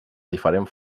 diferent